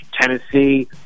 Tennessee